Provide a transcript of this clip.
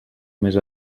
més